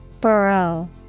Burrow